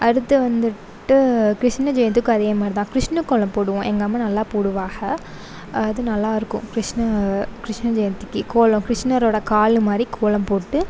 அடுத்து வந்துவிட்டு கிருஷ்ணர் ஜெயந்திக்கும் அதேமாதிரி தான் கிருஷ்ணர் கோலம் போடுவோம் எங்கள் அம்மா நல்லா போடுவாங்க அது நல்லாயிருக்கும் கிருஷ்ணர் கிருஷ்ணர் ஜெயந்திக்கு கோலம் கிருஷ்ணரோட கால் மாதிரி கோலம் போட்டு